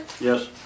Yes